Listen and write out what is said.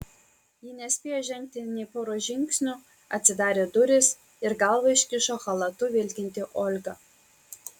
ji nespėjo žengti nė poros žingsnių atsidarė durys ir galvą iškišo chalatu vilkinti olga